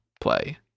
play